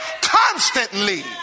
constantly